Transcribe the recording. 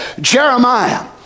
Jeremiah